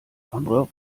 andere